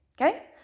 okay